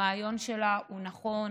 הרעיון שבה הוא נכון,